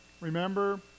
remember